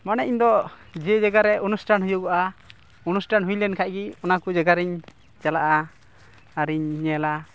ᱢᱟᱱᱮ ᱤᱧ ᱫᱚ ᱡᱮ ᱡᱟᱭᱜᱟ ᱨᱮ ᱚᱱᱩᱥᱴᱷᱟᱱ ᱦᱩᱭᱩᱜᱚᱜᱼᱟ ᱚᱱᱩᱥᱴᱷᱟᱱ ᱦᱩᱭ ᱞᱮᱱ ᱠᱷᱟᱡ ᱜᱮ ᱚᱱᱟ ᱠᱚ ᱡᱟᱭᱜᱟ ᱨᱤᱧ ᱪᱟᱞᱟᱜᱼᱟ ᱟᱨᱤᱧ ᱧᱮᱞᱟ